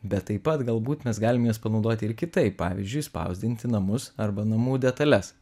bet taip pat galbūt mes galim jas panaudoti ir kitaip pavyzdžiui spausdinti namus arba namų detales